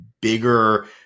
bigger